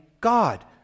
God